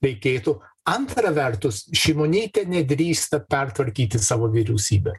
reikėtų antra vertus šimonytė nedrįsta pertvarkyti savo vyriausybę